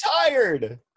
tired